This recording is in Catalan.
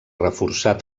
reforçat